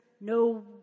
no